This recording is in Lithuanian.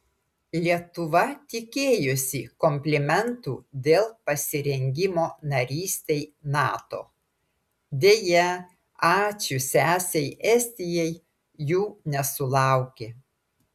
lietuva tikėjosi komplimentų dėl pasirengimo narystei nato deja ačiū sesei estijai jų nesulaukė